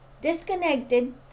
disconnected